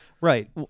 Right